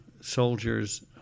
soldiers